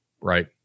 right